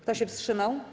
Kto się wstrzymał?